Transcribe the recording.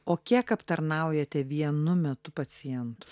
o kiek aptarnaujate vienu metu pacientų